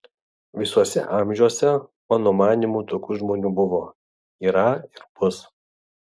visuose amžiuose mano manymu tokių žmonių buvo yra ir bus